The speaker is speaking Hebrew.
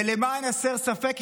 ולמען הסר ספק,